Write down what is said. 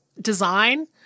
design